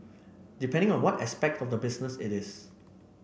depending on what aspect of the business it is